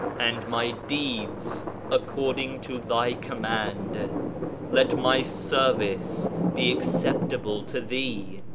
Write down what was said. and my deeds according to thy command let my service be acceptable to thee,